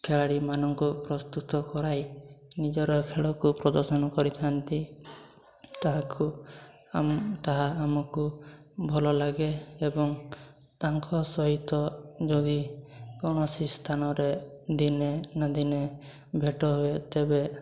ଖେଳାଳି ମାନଙ୍କୁ ପ୍ରସ୍ତୁତ କରାଇ ନିଜର ଖେଳକୁ ପ୍ରଦର୍ଶନ କରିଥାନ୍ତି ତାହାକୁ ଆମେ ତାହା ଆମକୁ ଭଲ ଲାଗେ ଏବଂ ତାଙ୍କ ସହିତ ଯଦି କୌଣସି ସ୍ଥାନରେ ଦିନେ ନା ଦିନେ ଭେଟ ହୁଏ ତେବେ